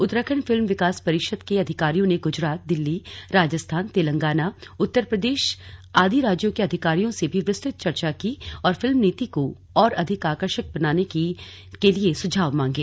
Uttarakhand film विकास परिषद के अधिकारियों ने गुजरात दिल्ली राजस्थान तेलंगाना उत्तर प्रदेश आदि राज्यों के अधिकारियों से भी विस्तृत चर्चा की और फिल्म नीति को और अधिक आकर्षक बनाने के लिए सुझाव मांगे